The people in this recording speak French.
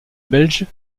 belge